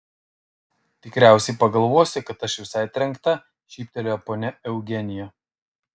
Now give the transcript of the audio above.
tikriausiai pagalvosi kad aš visai trenkta šyptelėjo ponia eugenija